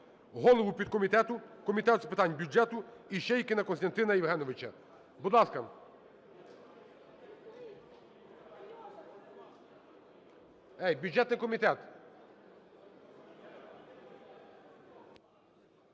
голову підкомітету Комітету з питань бюджету Іщейкіна Костянтина Євгеновича, будь ласка. Бюджетний комітет.